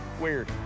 Weird